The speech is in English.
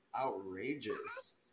outrageous